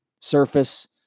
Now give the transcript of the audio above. surface